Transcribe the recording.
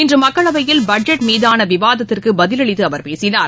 இன்று மக்களவையில் பட்ஜெட் மீதான விவாதத்திற்கு பதிலளித்து அவர் பேசினார்